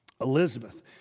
Elizabeth